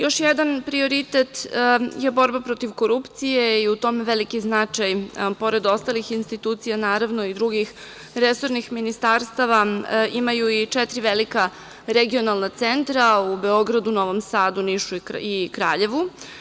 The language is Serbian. Još jedan prioritet je borba protiv korupcije i u tome veliki značaj, pored ostalih institucija i drugih resornih ministarstava, imaju i četiri velika regionalna centra, u Beogradu, Novom Sadu, Nišu i Kraljevu.